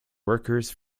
workers